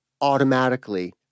automatically